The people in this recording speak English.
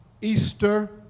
Easter